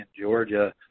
Georgia –